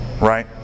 right